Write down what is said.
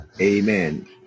Amen